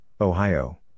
Ohio